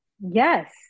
Yes